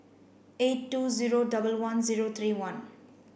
eight two zero double one zero three one